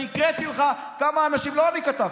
אני הקראתי לך כמה אנשים, לא אני כתבתי,